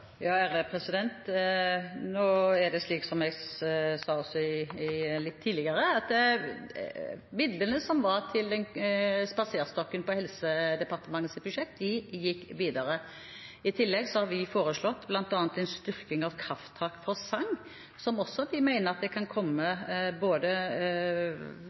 Som jeg sa tidligere, ble midlene til Den kulturelle spaserstokken på Helse- og omsorgsdepartementets budsjett videreført. I tillegg har vi foreslått bl.a. en styrking av Krafttak for sang, som vi også mener bør komme de eldre, både